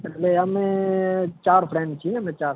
એટલે અમે ચાર ફ્રેન્ડ છીએ અમે ચાર